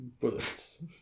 Bullets